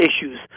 issues